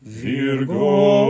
virgo